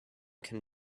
can